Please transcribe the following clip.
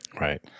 Right